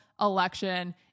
election